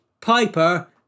Piper